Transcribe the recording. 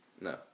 No